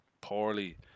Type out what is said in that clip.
poorly